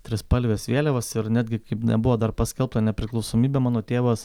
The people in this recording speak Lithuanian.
trispalvės vėliavos ir netgi kaip nebuvo dar paskelbta nepriklausomybė mano tėvas